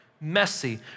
messy